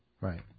Right